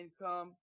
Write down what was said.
Income